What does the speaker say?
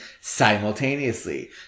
simultaneously